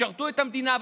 ישרתו את המדינה,